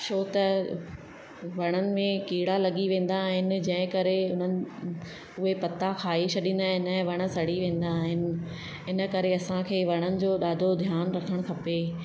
छो त वणनि में कीड़ा लॻी वेंदा आहिनि जंहिं करे उन्हनि उहे पत्ता खाई छॾींदा आहिनि ऐं वण सड़ी वेंदा आहिनि इन करे असांखे वणनि जो ॾाढो ध्यानु रखणु खपे